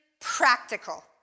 practical